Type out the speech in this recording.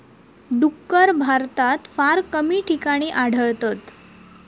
डुक्कर भारतात फार कमी ठिकाणी आढळतत